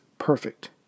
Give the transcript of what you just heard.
perfect